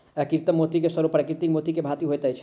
कृत्रिम मोती के स्वरूप प्राकृतिक मोती के भांति होइत अछि